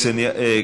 תודה רבה, אדוני.